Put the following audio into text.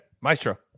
Maestro